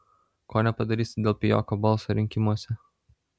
ko nepadarysi dėl pijoko balso rinkimuose